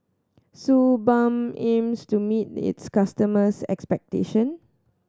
Suu Balm aims to meet its customers' expectation